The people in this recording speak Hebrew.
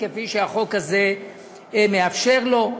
כפי שהחוק הזה מאפשר לו.